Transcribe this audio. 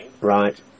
Right